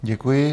Děkuji.